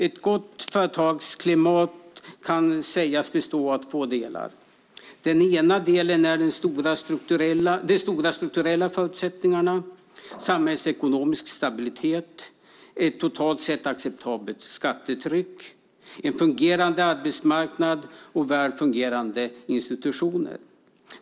Ett gott företagsklimat kan sägas bestå av två delar. Den ena delen är de stora strukturella förutsättningarna, samhällsekonomisk stabilitet, ett totalt sett acceptabelt skattetryck, en fungerande arbetsmarknad och fungerande institutioner.